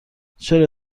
چرا